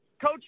Coach